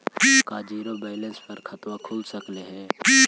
का zero balance पर खाता खुल सकले हे?